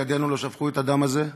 ידינו לא שפכו את הדם הזה?